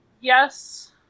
yes